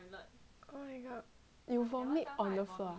you vomit on the floor floor ah